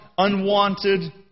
unwanted